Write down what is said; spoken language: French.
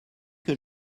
que